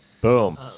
Boom